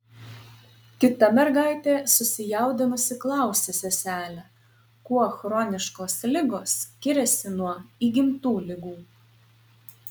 kita mergaitė susijaudinusi klausia seselę kuo chroniškos ligos skiriasi nuo įgimtų ligų